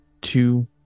two